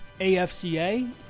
AFCA